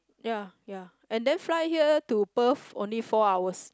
ya ya and then fly here to Perth only four hours